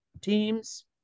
Teams